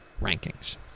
rankings